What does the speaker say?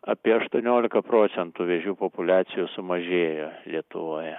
apie aštuoniolika procentų vėžių populiacijų sumažėjo lietuvoje